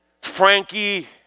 Frankie